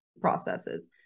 processes